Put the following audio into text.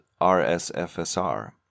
RSFSR